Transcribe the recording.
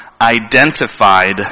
identified